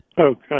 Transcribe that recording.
Okay